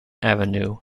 avenue